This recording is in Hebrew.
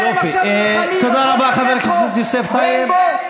יופי, תודה רבה, חבר הכנסת יוסף טייב.